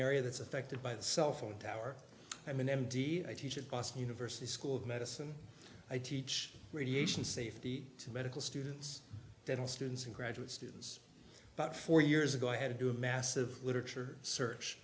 area that's affected by the cell phone tower i mean m d i teach at boston university school of medicine i teach radiation safety to medical students dental students and graduate students but four years ago i had to do a massive literature search